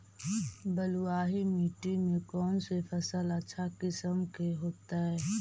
बलुआही मिट्टी में कौन से फसल अच्छा किस्म के होतै?